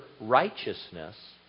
righteousness